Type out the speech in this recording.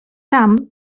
tam